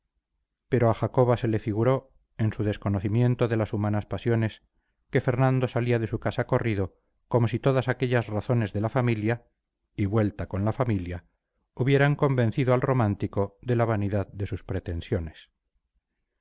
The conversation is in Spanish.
pero a jacoba se le figuró en su desconocimiento de las humanas pasiones que fernando salía de su casa corrido como si todas aquellas razones de la familia y vuelta con la familia hubieran convencido al romántico de la vanidad de sus pretensiones